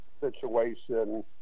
situation